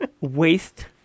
Waste